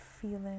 feeling